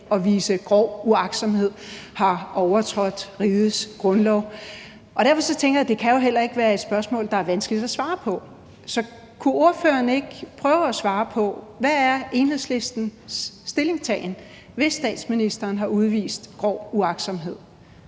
at udvise grov uagtsomhed har overtrådt rigets grundlov. Derfor tænker jeg, at det jo heller ikke kan være et spørgsmål, det er vanskeligt at svare på. Så kunne ordføreren ikke prøve at svare på: Hvad er Enhedslistens stillingtagen, hvis statsministeren har udvist grov uagtsomhed?